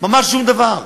ממש שום דבר.